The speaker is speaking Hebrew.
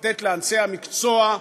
לתת לאנשי המקצוע,